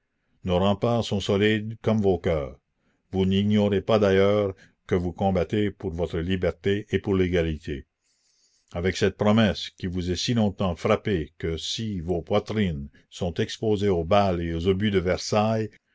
nos remparts sont solides comme vos cœurs vous n'ignorez pas d'ailleurs que vous combattez pour votre liberté et pour l'égalité avec cette promesse qui vous a si longtemps frappés que si vos poitrines sont exposées aux balles et aux obus de versailles